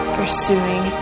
pursuing